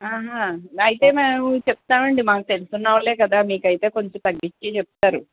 అయితే మేము చెప్తాం అండి మాకు తెలిసిన వాళ్ళే గదా మీకైతే కొంచెం తగ్గించి చెప్తారు